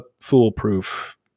foolproof